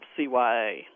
CYA